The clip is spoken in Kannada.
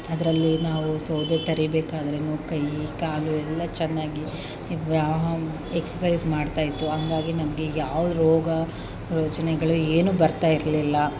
ಅದರಲ್ಲಿ ನಾವು ಸೌದೆ ತರಿಬೇಕಾದ್ರೂ ಕೈ ಕಾಲು ಎಲ್ಲ ಚೆನ್ನಾಗಿ ಇದು ಎಕ್ಸರ್ಸೈಸ್ ಮಾಡ್ತಾಯಿತ್ತು ಹಂಗಾಗಿ ನಮಗೆ ಯಾವ ರೋಗ ರುಜಿನಗಳು ಏನೂ ಬರ್ತಾಯಿರಲಿಲ್ಲ